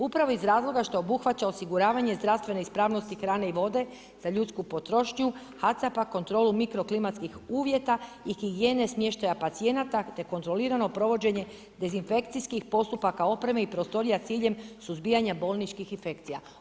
Upravo iz razloga što obuhvaća osiguravanje zdravstvene ispravnosti hrane i vode za ljudsku potrošnju, ... kontrolu mikroklimatskih uvjeta i higijene smještaja pacijenata te kontrolirano provođenje dezinfekcijskih postupaka opreme i prostorija s ciljem suzbijanja bolničkih infekcija.